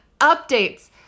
updates